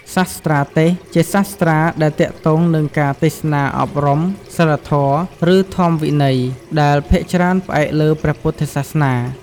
សាស្ត្រាទេសន៍ ជាសាស្ត្រាដែលទាក់ទងនឹងការទេសនាអប់រំ សីលធម៌ ឬធម្មវិន័យ ដែលភាគច្រើនផ្អែកលើព្រះពុទ្ធសាសនា។